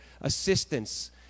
assistance